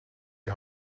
die